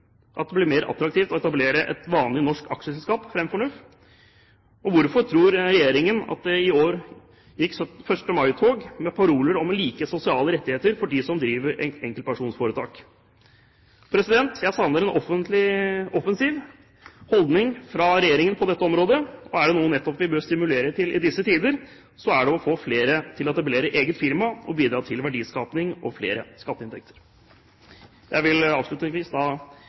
at det blir mer attraktivt å etablere et vanlig norsk aksjeselskap framfor NUF? Og hvorfor tror regjeringen at det i år gikk 1. mai-tog med paroler om like sosiale rettigheter for dem som driver enkeltpersonforetak? Jeg savner en offensiv holdning fra regjeringen på dette området. Er det noe vi nettopp bør stimulere til i disse tider, er det å få flere til å etablere eget firma og bidra til verdiskaping og flere skatteinntekter. Jeg vil avslutningsvis